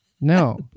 No